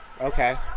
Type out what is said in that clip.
Okay